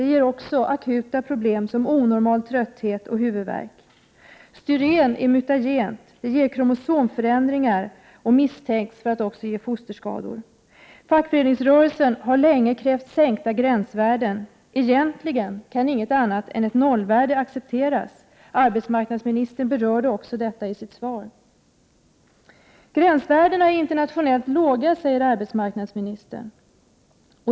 Det ger också akuta problem som onormal trötthet och huvudvärk. Styren är mutagent. Det ger kromosomförändringar, och det misstänks för att också ge fosterskador. Fackföreningsrörelsen har länge krävt sänkta gränsvärden. Egentligen kan ingenting annat än en nollgräns accepteras — arbetsmarknadsministern berörde detta i sitt svar. Gränserna är internationellt sett låga, säger arbetsmarknadsministern.